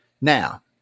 Now